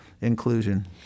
inclusion